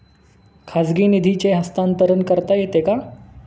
खाजगी निधीचे हस्तांतरण करता येते का?